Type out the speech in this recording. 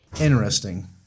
interesting